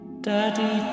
daddy